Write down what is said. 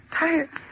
tired